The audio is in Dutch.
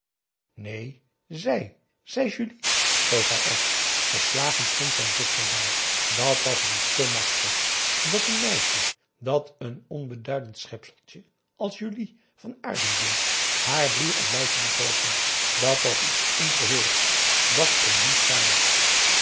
neen zij zij julie stoof hij op verslagen stond zijn zuster daar dat was haar te machtig dat een meisje dat een onbeduidend schepseltje als julie van aardenburg haar broer n blauwtje liet loopen dat was iets ongehoords dat kon niet zijn